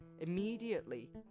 immediately